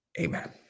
amen